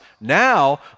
Now